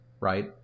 right